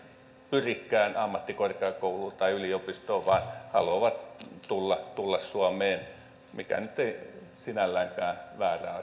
pyrikään ammattikorkeakouluun tai yliopistoon vaan haluavat tulla tulla suomeen mikä nyt ei sinälläänkään väärä